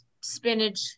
spinach